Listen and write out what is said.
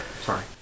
Sorry